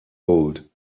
gold